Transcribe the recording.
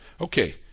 Okay